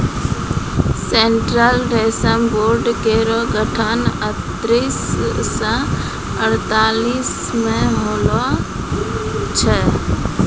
central रेशम board केरो गठन उन्नीस सौ अड़तालीस म होलो छलै